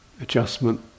adjustment